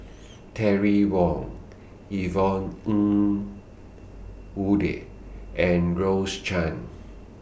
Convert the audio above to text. Terry Wong Yvonne Ng Uhde and Rose Chan